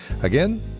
Again